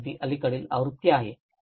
तर ही अगदी अलीकडील आवृत्ती आहे